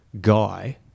guy